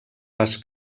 pas